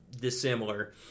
dissimilar